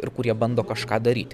ir kurie bando kažką daryt